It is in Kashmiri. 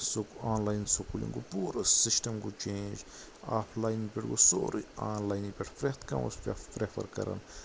سہُ آن لاین سکوٗلِنگ گوو پوٗرٕ سِسٹم گوو چِینج آف لایِن پیٹھ گوو سُورٕے آن لاین پٮ۪ٹھ پرتھ کانٛہہ اوس پیفَر کران